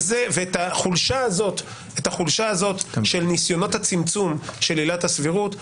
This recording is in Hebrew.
את החולשה הזאת של ניסיונות הצמצום של עילת הסבירות,